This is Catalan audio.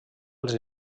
als